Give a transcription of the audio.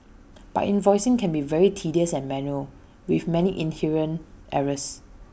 but invoicing can be very tedious and manual with many inherent errors